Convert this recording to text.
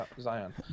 Zion